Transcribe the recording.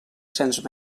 cents